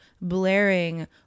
blaring